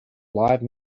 live